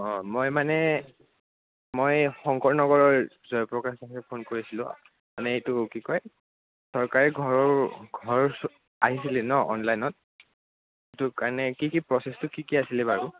অঁ মই মানে মই শংকৰ নগৰৰ জয়প্ৰকাশে ফোন কৰিছিলোঁ মানে এইটো কি কয় চৰকাৰী ঘৰৰ ঘৰ আহিছিলে ন অনলাইনত এইটো কাৰণে কি কি প্ৰচেছটো কি কি আছিলে বাৰু